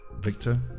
Victor